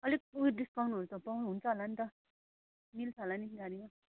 अलिक उयो डिस्काउन्टहरू पाउनुहुन्छ होला नि त मिल्छ होला नि गाडीमा